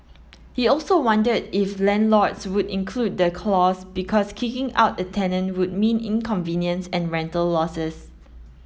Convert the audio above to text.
he also wondered if landlords would include the clause because kicking out a tenant would mean inconvenience and rental losses